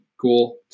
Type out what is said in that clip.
Cool